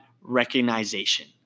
recognition